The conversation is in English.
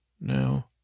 No